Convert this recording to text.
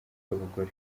bw’abagore